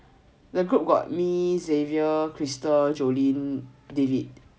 the group got me xavier crystal jolene david